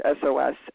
SOS